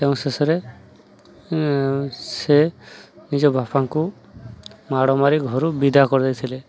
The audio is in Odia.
ତେଣୁ ଶେଷରେ ସେ ନିଜ ବାପାଙ୍କୁ ମାଡ଼ ମାରି ଘରୁ ବିଦା କରି ଦେଇଥିଲେ